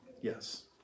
Yes